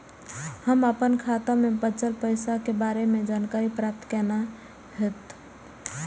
हम अपन खाता में बचल पैसा के बारे में जानकारी प्राप्त केना हैत?